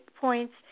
points